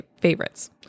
favorites